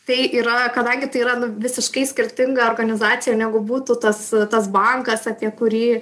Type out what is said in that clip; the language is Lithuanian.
tai yra kadangi tai yra nu visiškai skirtinga organizacija negu būtų tas tas bankas apie kurį